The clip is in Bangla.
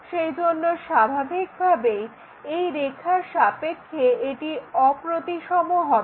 সেজন্য স্বাভাবিকভাবেই এই রেখার সাপেক্ষে এটি অপ্রতিসম হবে